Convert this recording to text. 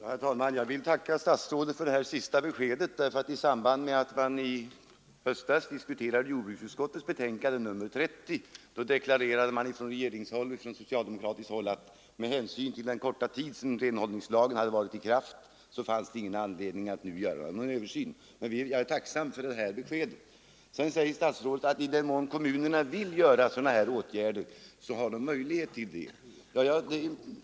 Herr talman! Jag vill tacka statsrådet för det senaste beskedet. I samband med att vi i höstas diskuterade jordbruksutskottets betänkande nr 30 deklarerade man nämligen från regeringen och från socialdemokraterna att det med hänsyn till den korta tid som renhållningslagen hade varit i kraft inte fanns någon anledning att göra någon översyn. Jag är tacksam för det besked jag nu fått. Vidare säger statsrådet att kommunerna, i den mån de vill vidta sådana åtgärder som vi diskuterat, också har möjlighet att göra det.